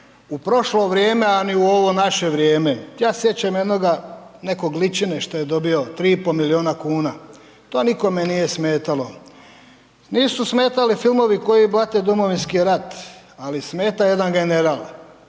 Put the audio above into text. u prošlo vrijeme, a ni u ovo naše vrijeme. Ja se sjećam jednoga nekog Ličine što je dobio 3 i pol milijuna kuna. To nikome nije smetalo. Nisu smetali filmovi koji blate Domovinski rat, ali smeta jedan „General“.